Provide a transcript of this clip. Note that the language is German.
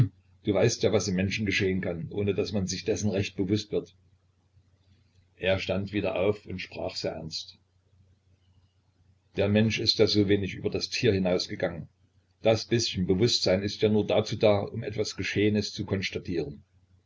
du weißt ja was im menschen geschehen kann ohne daß man sich dessen recht bewußt wird er stand wieder auf und sprach sehr ernst der mensch ist ja so wenig über das tier hinausgegangen das bißchen bewußtsein ist ja nur dazu da um etwas geschehenes zu konstatieren